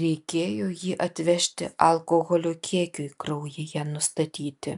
reikėjo jį atvežti alkoholio kiekiui kraujyje nustatyti